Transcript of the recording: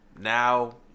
Now